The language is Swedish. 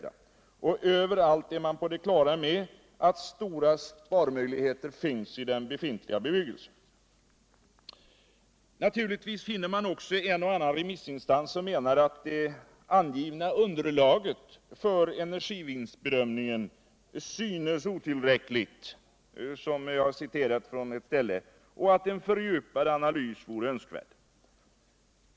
Överallt är man på det klara med att stora sparmöjligheter finns 1 den befintliga bebyggelsen. Naturligtvis finner man också cn och annan remissinstans som menar att det angivna underlaget för energivinstbedömningen synes otillräckligt och atten fördjupad analys vore önskvärd.